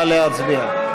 נא להצביע.